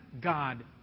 God